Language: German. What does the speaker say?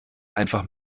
einfach